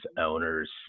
owners